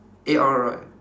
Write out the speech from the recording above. A_R right